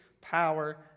power